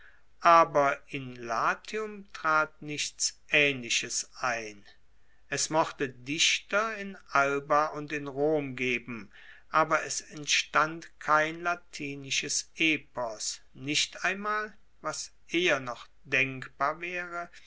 aber in latium trat nichts aehnliches ein es mochte dichter in alba und in rom geben aber es entstand kein latinisches epos nicht einmal was eher noch denkbar waere